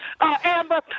Amber